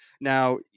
Now